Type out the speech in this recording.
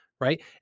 right